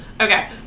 Okay